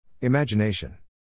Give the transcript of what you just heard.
Imagination